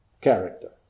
character